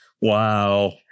Wow